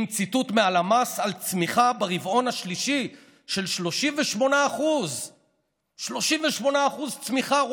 עם ציטוט מהלמ"ס על צמיחה ברבעון השלישי של 38%. 38% צמיחה.